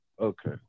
Okay